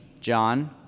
John